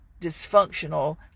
dysfunctional